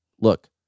look